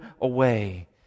away